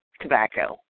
tobacco